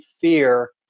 fear